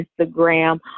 Instagram